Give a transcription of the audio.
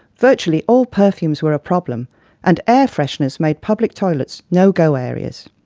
virtually all perfumes were a problem and air fresheners made public toilets no-go areas.